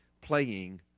playing